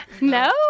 No